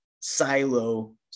silo